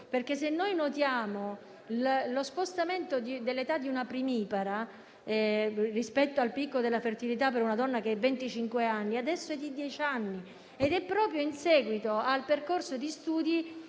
perché, se notiamo, lo spostamento dell'età di una primipara rispetto al picco della fertilità per una donna - che è di venticinque anni - è dieci anni dopo, proprio in seguito al percorso di studi